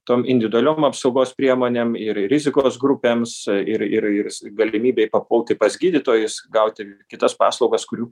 tom individualiom apsaugos priemonėm ir rizikos grupėms ir ir ir galimybei papulti pas gydytojus gauti kitas paslaugas kurių